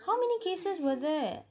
how many cases were there